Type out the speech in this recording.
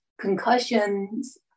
Concussions